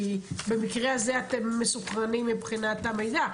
כי במקרה הזה אתם מסונכרנים מבחינת המידע.